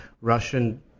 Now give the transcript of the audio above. Russian